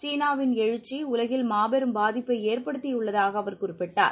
சீனாவின் எழுச்சி உலகில் மாபெரும் பாதிப்பை ஏற்படுத்தியுள்ளதாக அவர் குறிப்பிட்டார்